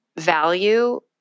value